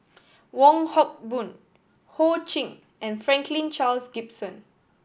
Wong Hock Boon Ho Ching and Franklin Charles